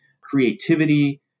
creativity